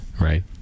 Right